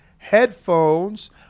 headphones